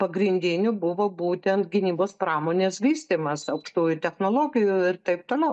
pagrindinių buvo būtent gynybos pramonės vystymas aukštųjų technologijų ir taip toliau